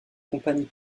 compagnie